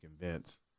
convince